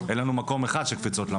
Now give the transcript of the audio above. היה פעם, בשנות ה-70.